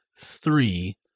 three